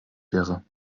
wäre